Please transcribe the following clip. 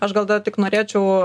aš gal dar tik norėčiau